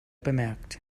bemerkt